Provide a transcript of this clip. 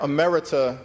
Emerita